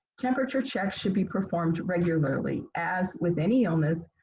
temperature checks should be performed regularly. as with any illness,